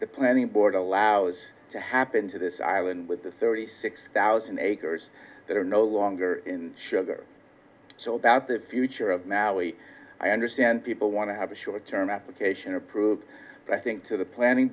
the planning board allows to happen to this island with the thirty six thousand acres that are no longer in sugar so about the future of now we understand people want to have a short term application approved i think to the planning